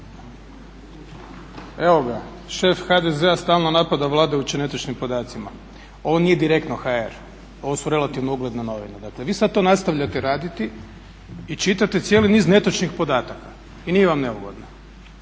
evo ga, šef HDZ-a stalno napada vladajuće netočnim podacima, ovo nije Direktno.hr, ovo su relativno ugledne novine. Dakle vi sada to nastavljate raditi i čitate cijeli niz netočnih podataka i nije vam neugodno.